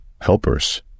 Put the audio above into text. Helpers